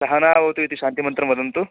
सहनाववतु इति शान्तिमन्त्रं वदन्तु